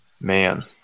man